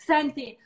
Senti